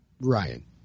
Ryan